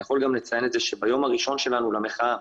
אני יכול גם לציין שביום הראשון שלנו למחאה,